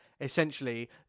essentially